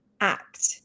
act